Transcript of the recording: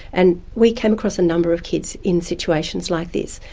and we came across a number of kids in situations like this.